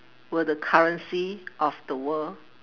were the currency of the world